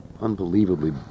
unbelievably